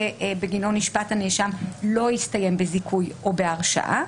בגינו נשפט הנאשם לא הסתיים בזיכוי או בהרשעה.